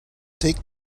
take